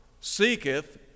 seeketh